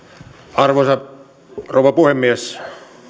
arvoisa rouva puhemies